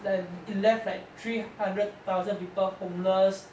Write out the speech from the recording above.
then it left like three hundred thousand people homeless